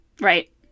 Right